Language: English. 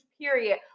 period